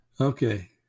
Okay